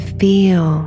feel